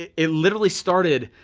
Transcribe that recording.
it literally started,